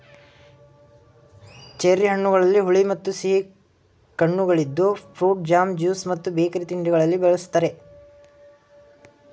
cherry ಹಣ್ಣುಗಳಲ್ಲಿ ಹುಳಿ ಮತ್ತು ಸಿಹಿ ಕಣ್ಣುಗಳಿದ್ದು ಫ್ರೂಟ್ ಜಾಮ್, ಜ್ಯೂಸ್ ಮತ್ತು ಬೇಕರಿ ತಿಂಡಿಗಳಲ್ಲಿ ಬಳ್ಸತ್ತರೆ